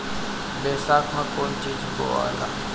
बैसाख मे कौन चीज बोवाला?